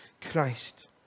Christ